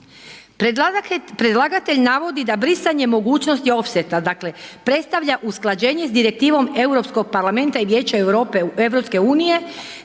Predlagatelj navodi da brisanje mogućnosti ofseta dakle predstavlja usklađenje s Direktivnom Europskog parlamenta i Vijeća Europe EU